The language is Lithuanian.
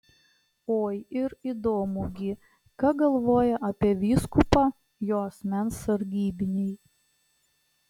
oi ir įdomu gi ką galvoja apie vyskupą jo asmens sargybiniai